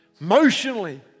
emotionally